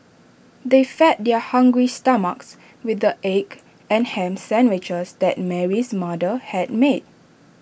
they fed their hungry stomachs with the egg and Ham Sandwiches that Mary's mother had made